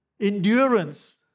Endurance